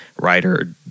Writer